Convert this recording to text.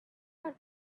your